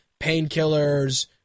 painkillers